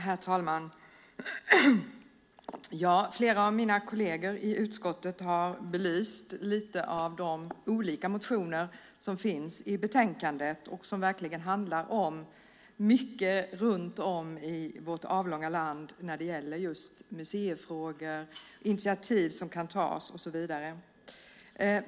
Herr talman! Flera av mina kolleger i utskottet har lite grann belyst de olika motioner som tas upp i betänkandet och som verkligen handlar om många saker runt om i vårt avlånga land när det gäller just museifrågor, initiativ som kan tas och så vidare.